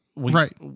right